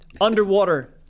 Underwater